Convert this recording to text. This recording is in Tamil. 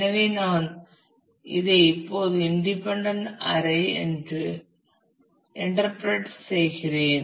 எனவே நான் இதை இப்போது இண்டிபெண்டன்ட் அரை என்று இன்றர்பிரட் செய்கிறேன்